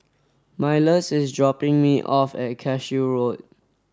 Milas is dropping me off at Cashew Road